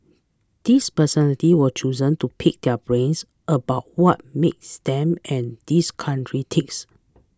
these personality were chosen to pick their brains about what makes them and this country ticks